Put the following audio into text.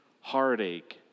heartache